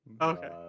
Okay